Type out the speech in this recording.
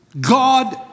God